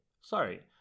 sorry